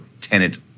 tenant